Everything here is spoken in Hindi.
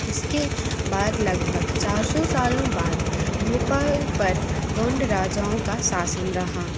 इसके बाद लगभग चार सौ सालों बाद भोपाल पर गोंड राजाओं का शासन रहा